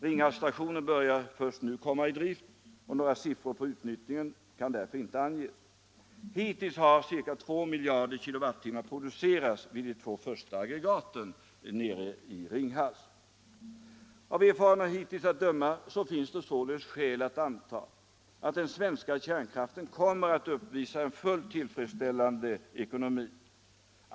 Ringhalsstationen börjar först nu komma i drift, och några siffror för utnyttjningen där kan därför inte anges. Hittills har ca 2 miljarder kWh producerats vid de två första aggregaten i Ringhals. Av erfarenheterna hittills att döma finns det således skäl att anta att den svenska kärnkraften kommer att uppvisa en fullt tillfredsställande ekonomi.